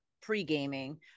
pre-gaming